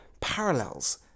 parallels